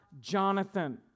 Jonathan